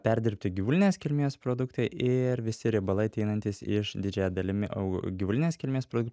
perdirbti gyvulinės kilmės produktai ir visi riebalai ateinantys iš didžiąja dalimi au gyvulinės kilmės produktų